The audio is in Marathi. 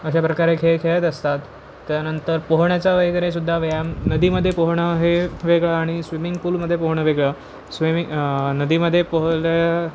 अशाप्रकारे खेळ खेळत असतात त्यानंतर पोहोण्याचा वगैरे सुद्धा व्यायाम नदीमध्ये पोहणं हे वेगळं आणि स्विमिंग पूलमध्ये पोहणं वेगळं स्विमिंग नदीमध्ये पोहलं